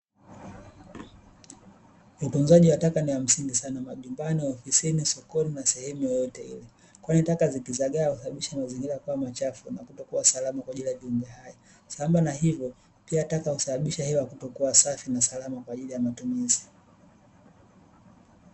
Utunzaji wa taka ni wa msingi sana nyumbani, maofisini, sokoni na sehemu yeyote ile, kwani taka zikizagaa husababisha mazingira kuwa machafu na kutokuwa salama kwa ajili ya viumbe hai. Sambamba na hivyo pia, taka husababisha hewa kutokuwa safi na salama kwa ajili ya matumizi.